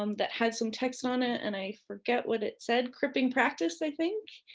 um that had some text on it. and i forget what it said. creeping practice, i think.